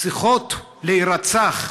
צריכות להירצח,